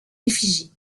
effigie